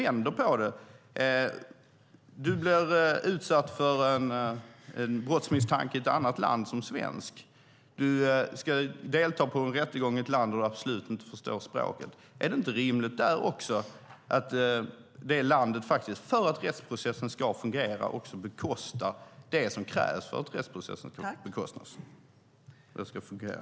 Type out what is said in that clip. Om man som svensk blir utsatt för en brottsmisstanke i ett annat land och ska delta i en rättegång i ett land där man absolut inte förstår språket, är det då inte rimligt att det landet också bekostar det som krävs för att rättsprocessen ska fungera?